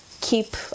keep